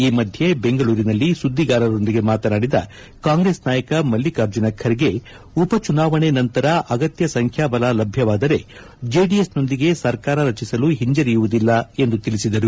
ಈ ಮಧ್ಯೆ ಬೆಂಗಳೂರಿನಲ್ಲಿ ಸುದ್ದಿಗಾರರೊಂದಿಗೆ ಮಾತನಾಡಿದ ಕಾಂಗ್ರೆಸ್ ನಾಯಕ ಮಲ್ಲಿಕಾರ್ಜುನ ಖರ್ಗೆ ಉಪಚುನಾವಣೆ ನಂತರ ಅಗತ್ಯ ಸಂಖ್ಯಾ ಬಲ ಲಭ್ಯವಾದರೆ ಜೆಡಿಎಸ್ನೊಂದಿಗೆ ಸರ್ಕಾರ ರಚಿಸಲು ಹಿಂಜರಿಯುವುದಿಲ್ಲ ಎಂದು ಹೇಳಿದರು